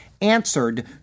answered